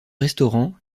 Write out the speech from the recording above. restaurants